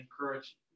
encourage